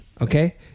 Okay